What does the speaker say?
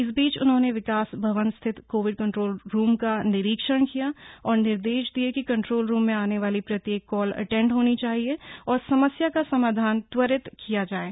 इस बीच उन्होंने विकास भवन स्थित कोविड कंट्रोल रूम का निरीक्षण किया और निर्देश दिए कि कंट्रोल रूम में आने वाली प्रत्येक कॉल अटेंड होनी चाहिए और समस्या का समाधान त्वरित किया जाये